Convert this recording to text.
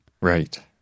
Right